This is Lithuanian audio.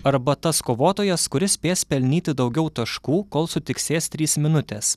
arba tas kovotojas kuris spės pelnyti daugiau taškų kol sutiksės trys minutės